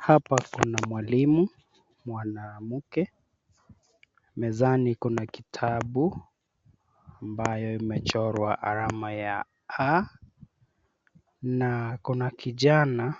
Hapa kuna mwalimu mwanamke. Mezani kuna kitabu ambayo imechorwa alama ya A na ako na kijana